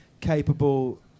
capable